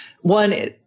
one